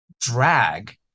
drag